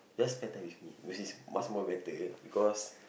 just spend time with me which is much more better because